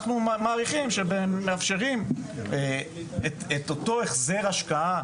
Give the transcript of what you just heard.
אנחנו מעריכים שמאפשרים את אותו החזר ההשקעה,